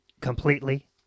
completely